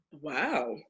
wow